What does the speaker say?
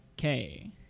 Okay